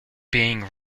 being